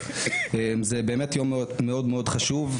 זה באמת יום מאוד מאוד חשוב.